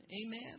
Amen